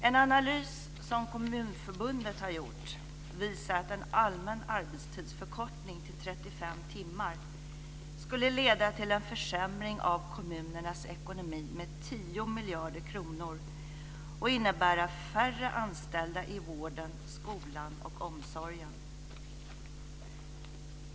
En analys som Kommunförbundet har gjort visar att en allmän arbetstidsförkortning till 35 timmar skulle leda till en försämring av kommunernas ekonomi med 10 miljarder kronor och innebära färre anställda i vården, skolan och omsorgen.